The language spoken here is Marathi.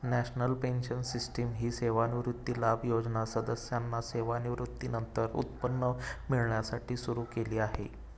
नॅशनल पेन्शन सिस्टीम ही सेवानिवृत्ती लाभ योजना सदस्यांना सेवानिवृत्तीनंतर उत्पन्न मिळण्यासाठी सुरू केली आहे